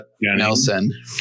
Nelson